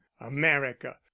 america